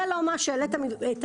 זה לא מה שיעלה את המחיר.